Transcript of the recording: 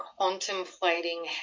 contemplating